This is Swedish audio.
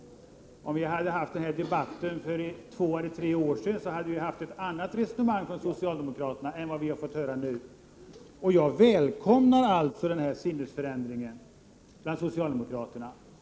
Om vi hade haft denna debatt för två eller tre år sedan hade det förts ett annat resonemang från socialdemokraterna än det vi fått höra på nu. Jag välkomnar denna sinnesförändring hos socialdemokraterna.